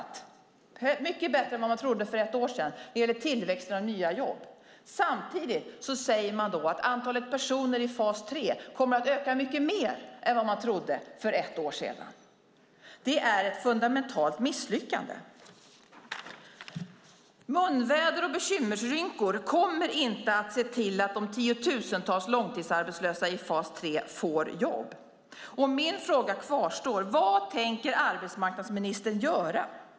Det går mycket bättre än vad man trodde för ett år sedan när det gäller tillväxten av nya jobb. Samtidigt kommer antalet personer i fas 3 att öka mycket mer än vad man trodde för ett år sedan. Det är ett fundamentalt misslyckande. Munväder och bekymmersrynkor kommer inte att se till att de tiotusentals långtidsarbetslösa i fas 3 får jobb. Min fråga kvarstår: Vad tänker arbetsmarknadsministern göra?